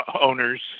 owners